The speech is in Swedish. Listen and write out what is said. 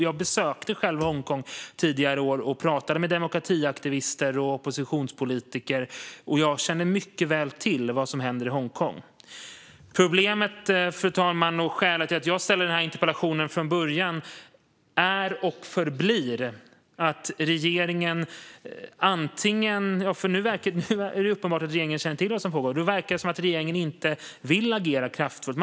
Jag besökte själv Hongkong tidigare i år och pratade med demokratiaktivister och oppositionspolitiker, och jag känner mycket väl till vad som händer där. Problemet, fru talman, och skälet från början till att jag skrev interpellationen är och förblir regeringens agerande. Nu är det uppenbart att regeringen känner till vad som pågår, och det verkar som att regeringen inte vill agera kraftfullt.